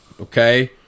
Okay